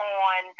on